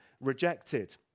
rejected